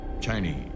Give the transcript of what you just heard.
Chinese